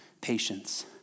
patience